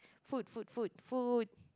food food food food